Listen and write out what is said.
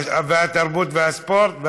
התרבות והספורט.